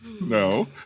No